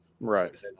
Right